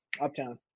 Uptown